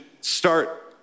start